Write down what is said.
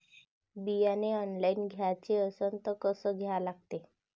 बियाने ऑनलाइन घ्याचे असन त कसं घ्या लागते?